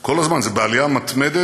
כל הזמן זה בעלייה מתמדת,